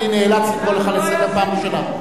אני נאלץ לקרוא אותך לסדר פעם ראשונה.